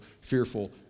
fearful